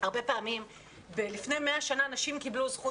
הרבה פעמים שלפני 100 שנה נשים קיבלו זכות